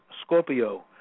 Scorpio